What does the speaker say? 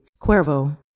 Cuervo